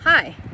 Hi